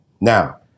Now